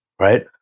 right